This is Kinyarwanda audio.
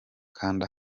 kanda